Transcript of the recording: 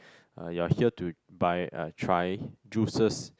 uh you are here to buy uh try juices